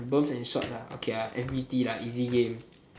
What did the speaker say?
berms and shorts lah okay I m_v_p lah easy game